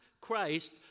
Christ